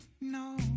No